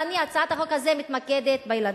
הצעת החוק הזאת מתמקדת בילדים.